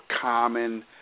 common